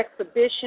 exhibition